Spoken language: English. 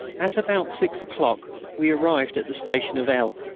at about six o'clock we arrived at the station of l,